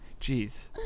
Jeez